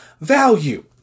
value